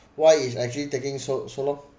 why it's actually taking so so long